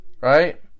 right